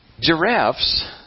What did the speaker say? Giraffes